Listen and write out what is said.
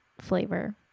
flavor